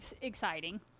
exciting